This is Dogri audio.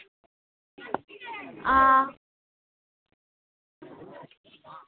आं